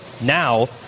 now